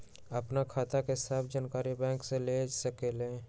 आपन खाता के सब जानकारी बैंक से ले सकेलु?